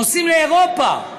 נוסעים לאירופה,